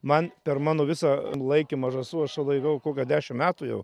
man per mano visą laikymą žąsų aš jau laikau kokią dešim metų jau